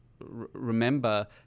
remember